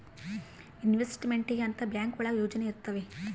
investment ಗೆ ಅಂತ bank ಒಳಗ ಯೋಜನೆ ಇರ್ತವೆ